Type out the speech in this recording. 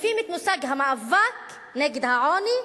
מחליפים את המושג נגד העוני,